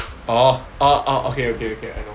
orh orh orh okay okay okay I know